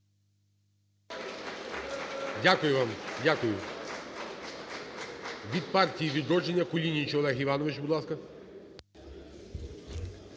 Дякую вам, дякую. Від партії "Відродження" Кулініч Олег Іванович, будь ласка.